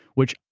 which,